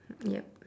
yup